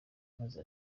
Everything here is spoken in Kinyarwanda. maze